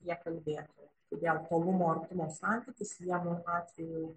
prie kalbėtojo tai vėl tolumo artumo santykis vienu atveju